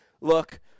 look